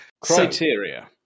Criteria